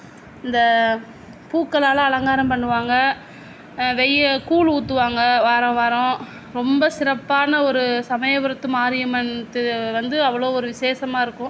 இந்தப் பூக்களால் அலங்காரம் பண்ணுவாங்க வெய்யல் கூழ் ஊற்றுவாங்க வாரம் வாரம் ரொம்ப சிறப்பான ஒரு சமயபுரத்து மாரியம்மன் து வந்து அவ்வளவு ஒரு விசேஷமா இருக்கும்